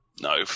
No